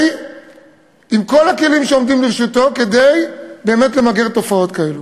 בכל הכלים שעומדים לרשותו, כדי למגר תופעות כאלה.